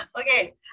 Okay